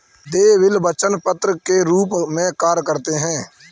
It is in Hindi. देय बिल वचन पत्र के रूप में कार्य करते हैं